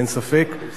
אין ספק.